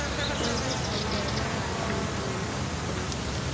Credit अऊ debit card म का अंतर हावे?